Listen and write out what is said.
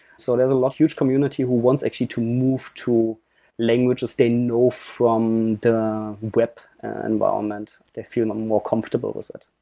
so there's a lot huge community who wants actually to move to languages they know from the web environment. they feel more comfortable with it.